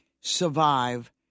survive